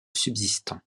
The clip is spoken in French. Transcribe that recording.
subsistant